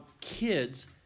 kids